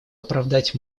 оправдать